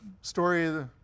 story